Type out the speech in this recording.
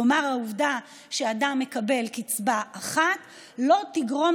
כלומר העובדה שאדם מקבל קצבה אחת לא תגרום